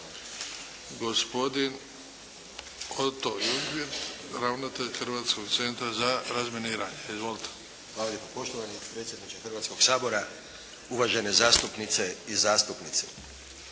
Gospodin Oto Jungwirth, ravnatelj Hrvatskog centra za razminiranje. Izvolite. **Jungwirth, Oto** Hvala lijepa. Poštovani predsjedniče Hrvatsko sabora, uvažene zastupnice i zastupnici.